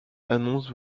annonce